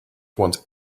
want